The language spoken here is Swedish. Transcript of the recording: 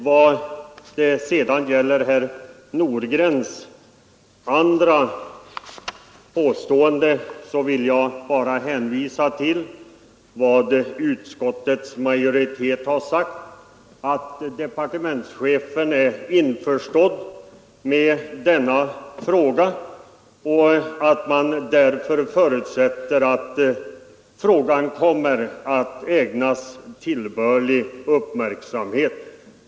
Vad sedan gäller herr Nordgrens andra påstående vill jag bara hänvisa till vad utskottsmajoriteten har sagt, nämligen att departementschefen är införstådd med denna fråga och att man därför förutsätter att frågan kommer att ägnas tillbörlig uppmärksamhet.